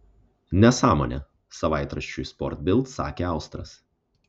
nesąmonė savaitraščiui sport bild sakė austras